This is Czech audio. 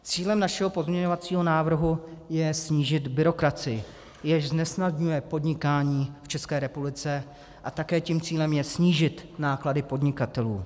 Cílem našeho pozměňovacího návrhu je snížit byrokracii, jež znesnadňuje podnikání v ČR, a také tím cílem je snížit náklady podnikatelů.